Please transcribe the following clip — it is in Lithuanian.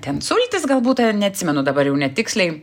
ten sultis galbūt neatsimenu dabar jau net tiksliai